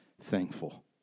thankful